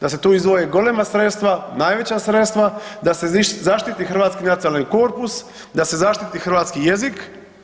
da se tu izdvoji golema sredstva, najveća sredstva, da se zaštiti hrvatski nacionalni korpus, da se zaštiti hrvatski jezik.